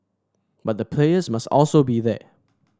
but the players must also be there